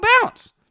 balance